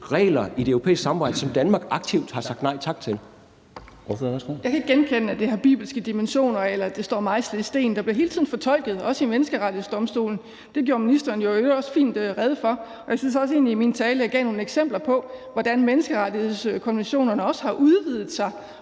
Ordføreren, værsgo. Kl. 14:12 Kathrine Olldag (RV): Jeg kan ikke genkende, at det har bibelske dimensioner, eller at det står mejslet i sten. Der bliver hele tiden fortolket, også ved Menneskerettighedsdomstolen. Det gjorde ministeren jo i øvrigt også fint rede for, og jeg synes egentlig også, at jeg i min tale gav nogle eksempler på, hvordan menneskerettighedskonventionerne også har udvidet sig